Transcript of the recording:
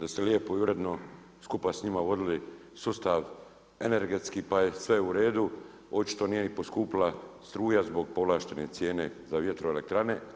da ste lijepo i uredno skupa s njima vodili sustav energetski pa je sve u redu, očito nije ni poskupila struja zbog povlaštene cijene za vjetroelektrane.